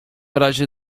razie